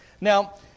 Now